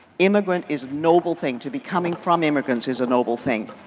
immigrant is noble thing to becoming from immigrants is a noble thing.